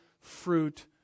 fruit